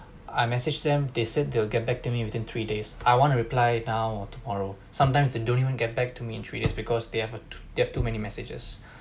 I message them they said they'll get back to me within three days I want to replied now or tomorrow sometimes they don't even get back to me in three days because they have uh they have too many messages